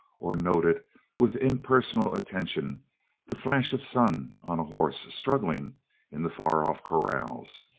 or noted with impersonal attention the flash of sun on a horse struggling in the far off corrals.